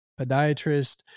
podiatrist